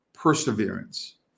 perseverance